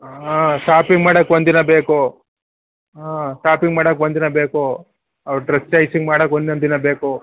ಹಾಂ ಶಾಪಿಂಗ್ ಮಾಡಕ್ಕೆ ಒಂದು ದಿನ ಬೇಕು ಹಾಂ ಶಾಪಿಂಗ್ ಮಾಡಕ್ಕೆ ಒಂದು ದಿನ ಬೇಕು ಅವ್ರು ಡ್ರೆಸ್ ಚಾಯ್ಸಿಂಗ್ ಮಾಡಕ್ಕೆ ಒಂದು ಒಂದು ದಿನ ಬೇಕು